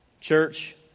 church